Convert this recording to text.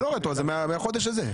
מהחודש הזה.